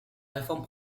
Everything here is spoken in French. réforme